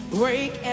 break